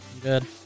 good